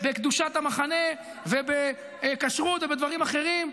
בקדושת המחנה, בכשרות ובדברים אחרים.